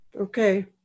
Okay